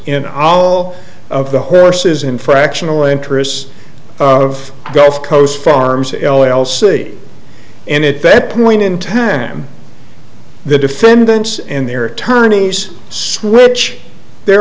in all of the horses in fractional interests of gulf coast farms l l c and if that point in time the defendants and their attorneys switch their